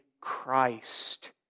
Christ